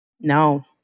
no